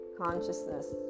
consciousness